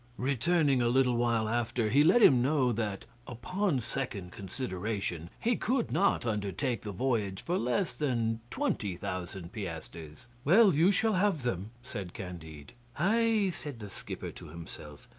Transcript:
returning a little while after, he let him know that upon second consideration, he could not undertake the voyage for less than twenty thousand piastres. well, you shall have them, said candide. ay! said the skipper to himself,